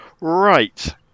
Right